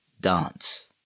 dance